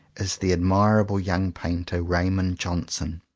is the admirable young painter raymond johnson,